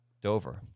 Dover